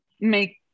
make